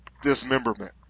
dismemberment